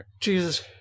Jesus